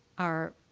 our.